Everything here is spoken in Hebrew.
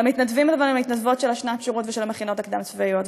למתנדבים ולמתנדבות של שנת השירות ושל המכינות הקדם-צבאיות,